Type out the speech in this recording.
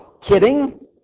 kidding